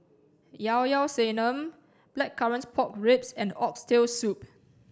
Llao Llao sanum blackcurrant pork ribs and oxtail soup